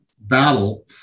battle